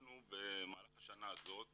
אנחנו במהלך השנה הזאת